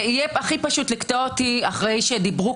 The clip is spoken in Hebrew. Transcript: זה יהיה הכי פשוט לקטוע אותי אחרי שדיברו